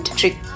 trick